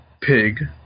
Pig